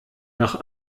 nach